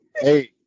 Hey